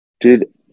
Dude